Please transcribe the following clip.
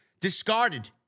discarded